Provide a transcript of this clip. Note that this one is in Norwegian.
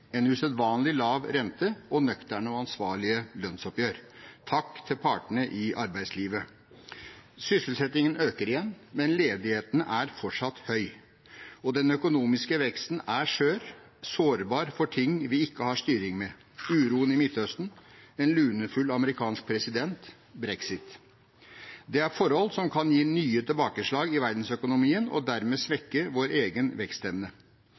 en usedvanlig lav rente og nøkterne og ansvarlige lønnsoppgjør. Takk til partene i arbeidslivet! Sysselsettingen øker igjen, men ledigheten er fortsatt høy. Og den økonomiske veksten er skjør, sårbar for ting vi ikke har styring med: uroen i Midtøsten, en lunefull amerikansk president, brexit. Dette er forhold som kan gi nye tilbakeslag i verdensøkonomien og dermed svekke vår egen